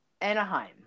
Anaheim